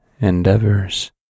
endeavors